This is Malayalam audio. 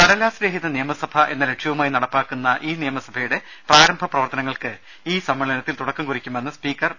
കടലാസ് രഹിത നിയമസഭ എന്ന ലക്ഷ്യവുമായി നടപ്പാക്കുന്ന ഇ നിയമസഭയുടെ പ്രാരംഭ പ്രവർത്തനങ്ങൾക്ക് ഈ സമ്മേളനത്തിൽ തുടക്കം കുറിക്കുമെന്ന് സ്പീക്കർ പി